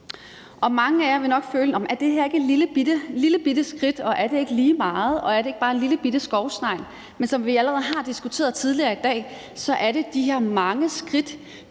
Mange af jer vil nok føle, at det her er et lillebitte skridt, og tænker, om det ikke er lige meget, og om det ikke bare er en lillebitte skovsnegl. Men som vi allerede har diskuteret tidligere i dag, er det de her mange skridt,